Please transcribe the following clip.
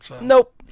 Nope